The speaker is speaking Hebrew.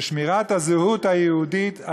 ששמירת הזהות היהודית,